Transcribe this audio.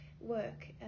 work